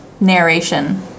narration